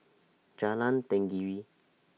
Jalan Tenggiri